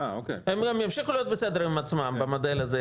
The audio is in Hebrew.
הם גם ימשיכו להיות בסדר עם עצמם במודל הזה,